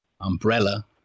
umbrella